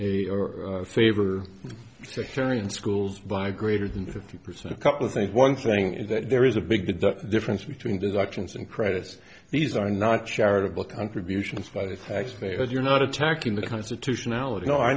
as a favor sectarian schools by greater than fifty percent a couple of things one thing is that there is a big difference between deductions and credits these are not charitable contributions by taxpayers you're not attacking the constitutionality oh i